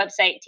website